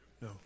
No